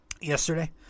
yesterday